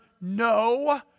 no